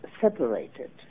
separated